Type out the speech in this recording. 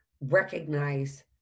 recognize